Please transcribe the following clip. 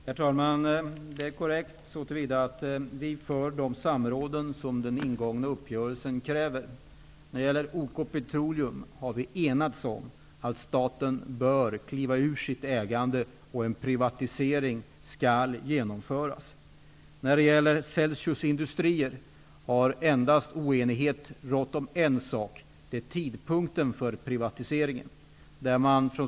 Herr talman! Det är korrekt så till vida att vi håller de samråd som den ingångna uppgörelsen kräver. När det gäller OK Petroleum har vi enats om att staten bör kliva ur sitt ägande och att en privatisering skall genomföras. När det gäller Celsius Industrier har oenighet rått om endast en sak. Det är tidpunkten för privatiseringen.